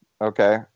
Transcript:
Okay